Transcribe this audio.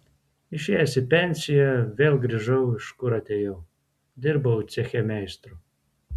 išėjęs į pensiją vėl grįžau iš kur atėjau dirbau ceche meistru